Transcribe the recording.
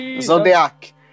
Zodiac